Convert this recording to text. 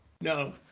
No